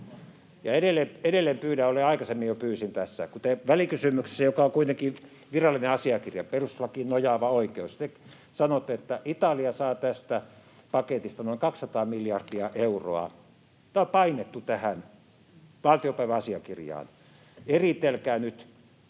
Ja edelleen pyydän, aikaisemmin jo pyysin tässä: kun te välikysymyksessä sanotte, joka on kuitenkin virallinen asiakirja, perustuslakiin nojaava oikeus, että Italia saa tästä paketista noin 200 miljardia euroa — tämä on painettu tähän valtiopäiväasiakirjaan — niin eritelkää nyt,